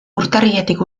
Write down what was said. urtarriletik